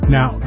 Now